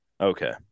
Okay